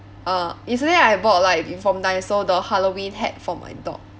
uh yesterday I bought like from daiso the halloween hat for my dog